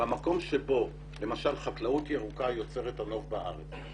במקום שבו למשל חקלאות ירוקה יוצרת נוף בארץ,